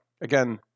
again